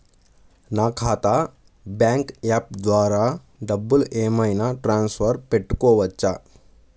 నా ఖాతా bank app ద్వారా డబ్బులు ఏమైనా ట్రాన్స్ఫర్ పెట్టుకోవచ్చా?